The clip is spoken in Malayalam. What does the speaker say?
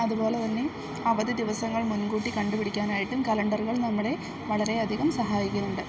അതുപോലെത്തന്നെ അവധി ദിവസങ്ങൾ മുൻകൂട്ടി കണ്ടുപിടിക്കാനായിട്ടും കലണ്ടറുകൾ നമ്മളെ വളരെയധികം സഹായിക്കുന്നുണ്ട്